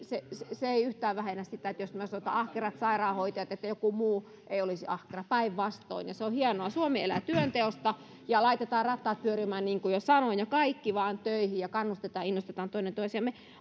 se se ei yhtään vähennä sitä jos minä sanon että ahkerat sairaanhoitajat etteikö joku muu olisi ahkera päinvastoin ja se on hienoa suomi elää työnteosta ja laitetaan rattaat pyörimään niin kuin jo sanoin ja kaikki vain töihin ja kannustetaan ja innostetaan toinen toisiamme